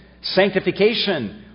sanctification